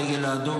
הדגל האדום,